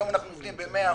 היום אנחנו עובדים ב-100%,